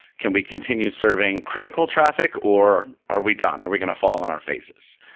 can we continue serving critical traffic, or are we done? are we going to fall on our faces?